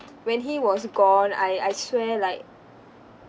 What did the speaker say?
when he was gone I I swear like